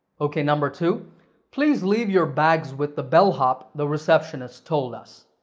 ok, number two please leave your bags with the bellhop, the receptionist told us.